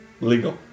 Legal